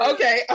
Okay